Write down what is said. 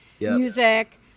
music